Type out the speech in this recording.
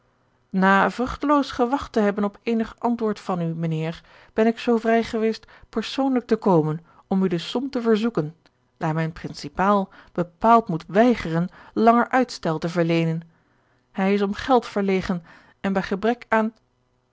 na vruchteloos gewacht te hebben op eenig antwoord van u mijnheer ben ik zoo vrij geweest persoonlijk te komen om u de som te verzoeken daar mijn principaal bepaald moet weigeren langer uitstel te verleenen hij is om geld verlegen en bij gebrek aan